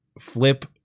flip